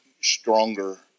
stronger